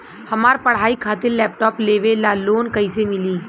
हमार पढ़ाई खातिर लैपटाप लेवे ला लोन कैसे मिली?